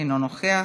אינו נוכח,